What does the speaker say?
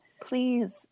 Please